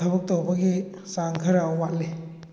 ꯊꯕꯛ ꯇꯧꯕꯒꯤ ꯆꯥꯡ ꯈꯔ ꯋꯥꯠꯂꯤ